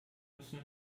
müssen